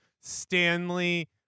Stanley